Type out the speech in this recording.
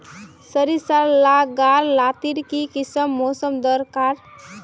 सरिसार ला गार लात्तिर की किसम मौसम दरकार?